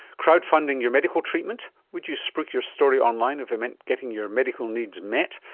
crowdfunding your medical treatment. would you spruik your story online if it meant getting your medical needs met?